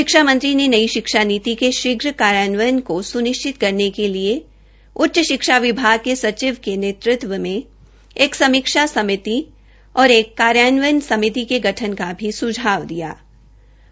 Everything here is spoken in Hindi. शिक्षा मंत्री ने नई शिक्षा नीति के शीघ्र कार्यान्वयन को सुनिश्चित करने के लिए उच्च शिक्षा विभाग के सचिव के नेतृत्व में एक समीक्षा समिति और एक कार्यान्वयन समिति के गठन का भी सुझाव दिया है